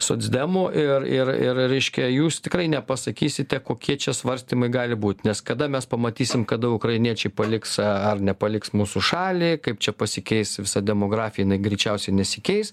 socdemų ir ir ir reiškia jūs tikrai nepasakysite kokie čia svarstymai gali būt nes kada mes pamatysim kada ukrainiečiai paliks ar nepaliks mūsų šalį kaip čia pasikeis visa demografija jinai greičiausiai nesikeis